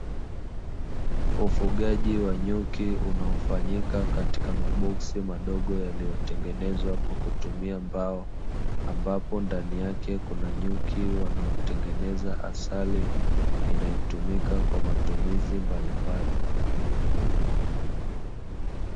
Ufugaji wa nyuki unaofanyika katika maboksi madogo yaliyotengenezwa kwa kutumia mbao, ambapo ndani yake kuna nyuki wanaotengeneza asali inayotumika kwa matumizi mbalimbali.